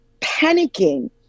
panicking